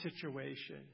situation